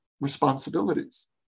responsibilities